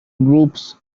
groups